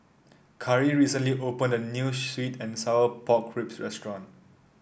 Cari recently opened a new sweet and Sour Pork Ribs restaurant